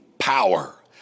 power